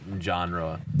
genre